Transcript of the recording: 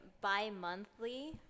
bi-monthly